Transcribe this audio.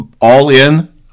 all-in